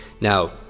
now